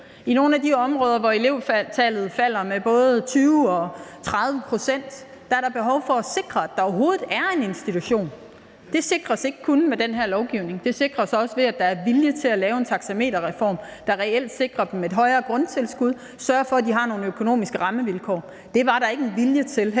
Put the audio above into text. I nogle af de områder, hvor elevtallet falder med både 20 og 30 pct., er der behov for at sikre, at der overhovedet er en institution. Det sikres ikke kun med den her lovgivning, det sikres også, ved at der er vilje til at lave en taxameterreform, der reelt sikrer dem et højere grundtilskud, og sørge for, at de har nogle økonomiske rammevilkår. Det var der ikke vilje til,